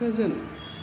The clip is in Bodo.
गोजोन